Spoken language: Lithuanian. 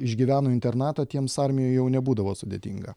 išgyveno internatą tiems armijoj jau nebūdavo sudėtinga